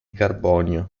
carbonio